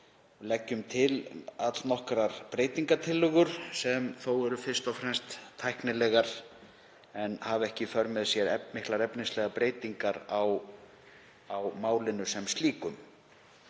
leggjum til allnokkrar breytingartillögur sem þó eru fyrst og fremst tæknilegar en hafa ekki í för með sér miklar efnislegar breytingar á málinu sem slíku.